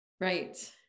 Right